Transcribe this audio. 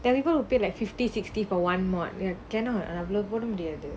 there are people who pay like fifty sixty four one module there cannot அவ்ளோ போட முடியாது:avlo poda mudiyaathu